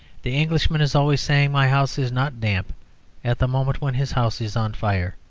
the englishman is always saying my house is not damp at the moment when his house is on fire.